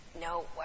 no